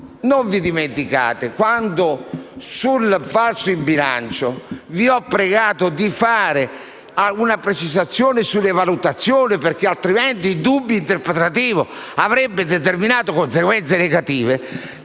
Non dimenticate che quando sul falso in bilancio vi ho pregato di fare una precisazione sulle valutazioni perché altrimenti il dubbio interpretativo avrebbe determinato conseguenze negative,